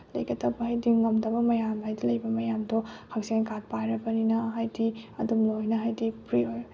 ꯂꯩꯒꯗꯕ ꯍꯥꯏꯗꯤ ꯉꯝꯗꯕ ꯃꯌꯥꯝ ꯍꯥꯏꯗꯤ ꯂꯩꯕ ꯃꯌꯥꯝꯗꯣ ꯍꯛꯁꯦꯜ ꯀꯥꯠ ꯄꯥꯏꯔꯕꯅꯤꯅ ꯍꯥꯏꯗꯤ ꯑꯗꯨꯝ ꯂꯣꯏꯅ ꯍꯥꯏꯗꯤ ꯐ꯭ꯔꯤ ꯑꯣꯏ